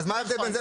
מה ההבדל?